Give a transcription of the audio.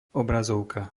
obrazovka